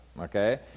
Okay